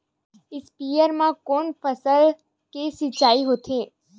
स्पीयर म कोन फसल के सिंचाई होथे?